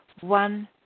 one